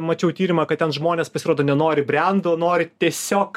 mačiau tyrimą kad ten žmonės pasirodo nenori brendų nori tiesiog